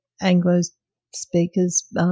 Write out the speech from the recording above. Anglo-speakers